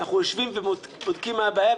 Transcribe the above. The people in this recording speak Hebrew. אנחנו יושבים ובודקים מה הבעיה,